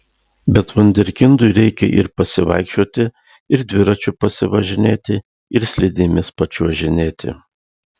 bet vunderkindui reikia ir pasivaikščioti ir dviračiu pasivažinėti ir slidėmis pačiuožinėti